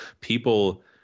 people